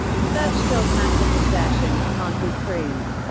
such dogmatic assertions can't be proved.